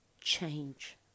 change